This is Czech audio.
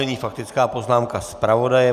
Nyní faktická poznámka zpravodaje.